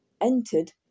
entered